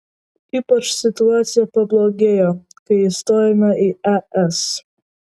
ypač situacija pablogėjo kai įstojome į es